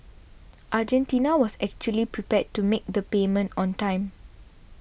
Argentina was actually prepared to make the payment on time